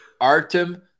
Artem